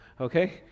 Okay